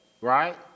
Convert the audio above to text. right